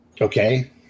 Okay